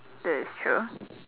that is true